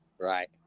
Right